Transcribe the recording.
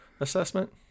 assessment